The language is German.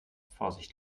vorsicht